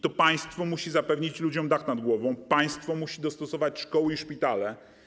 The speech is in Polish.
To państwo musi zapewnić ludziom dach nad głową, to państwo musi dostosować szkoły i szpitale.